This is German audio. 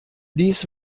dies